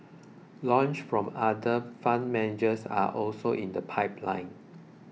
launches from other fund managers are also in the pipeline